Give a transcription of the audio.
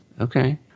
okay